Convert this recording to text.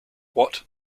what